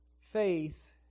faith